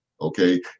okay